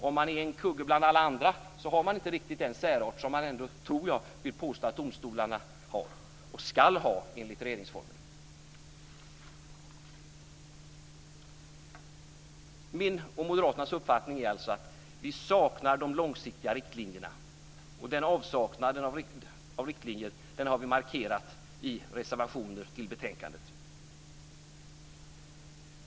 Om man är en kugge bland alla andra har man inte riktigt den särart som det påstås att domstolarna har, och ska ha, enligt regeringsformen. Min och Moderaternas uppfattning är alltså att vi saknar de långsiktiga riktlinjerna, och den avsaknaden av riktlinjer har vi markerat i reservationer till betänkandet.